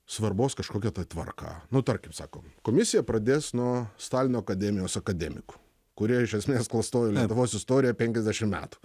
svarbos kažkokia tai tvarka nu tarkim sako komisija pradės nuo stalino akademijos akademikų kurie iš esmės klastojo lietuvos istoriją penkiasdešim metų